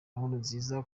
nkurunziza